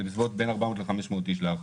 להערכתי, זה בין 400 ל-400 איש.